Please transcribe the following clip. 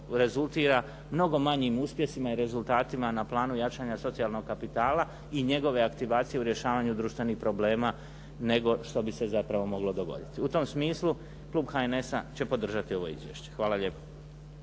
rezultira mnogo manjim uspjesima i rezultatima na planu jačanja socijalnog kapitala i njegove aktivacije u rješavanju društvenih problema nego što bi se zapravo moglo dogoditi. U tom smislu Klub NHS-a će podržati ovo izvješće. Hvala lijepo.